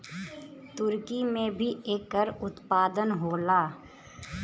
तुर्की में भी एकर उत्पादन होला